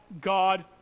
God